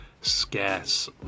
scarce